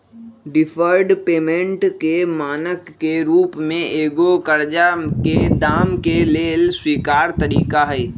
deferred payment के मानक के रूप में एगो करजा के दाम के लेल स्वीकार तरिका हइ